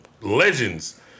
legends